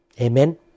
Amen